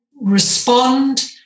respond